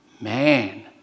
man